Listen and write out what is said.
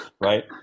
right